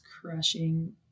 crushing